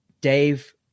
Dave